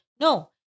No